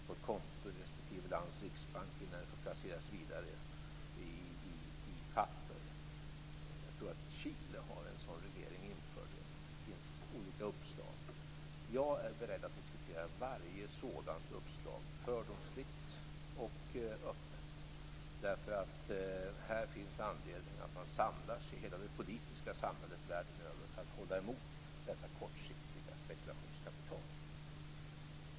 Det finns anledning att hela det politiska samhället världen över samlar sig för att hålla emot detta kortsiktiga spekulationskapital.